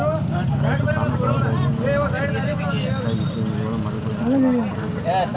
ರೈತ ತಾನು ಬೆಳೆದ ಬೆಳಿಗಳನ್ನ ರೈತರ ಮಾರ್ಕೆಟ್ ಅತ್ವಾ ಎ.ಪಿ.ಎಂ.ಸಿ ಯೊಳಗ ಮಾರೋದ್ರಿಂದ ಹೆಚ್ಚ ಲಾಭ ಪಡೇಬೋದು